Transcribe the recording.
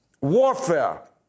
warfare